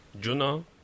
Juno